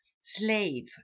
slave